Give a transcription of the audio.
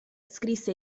scrisse